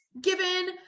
given